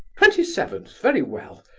twenty-seventh very well.